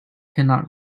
cannot